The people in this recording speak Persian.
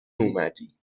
اومدی